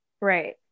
right